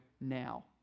now